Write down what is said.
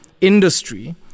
industry